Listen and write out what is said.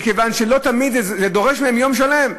כי לא תמיד זה דורש מהם יום שלם.